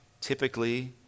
typically